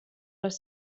les